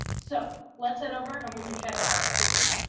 so let's head over and we can check out our activity.